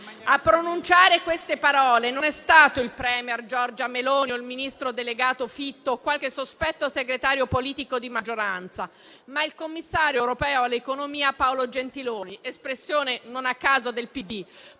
A pronunciare queste parole è stato non il *premier* Giorgia Meloni o il ministro delegato Fitto o qualche sospetto segretario politico di maggioranza, ma il commissario europeo all'economia Paolo Gentiloni, espressione non a caso del PD,